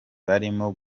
barimo